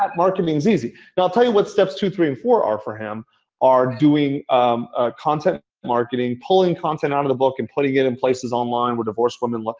marketing is easy. and i'll tell you what steps two, three and four are for him are doing content marketing, pulling content out of the book and putting it in places online where divorced women look.